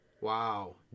Wow